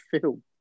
film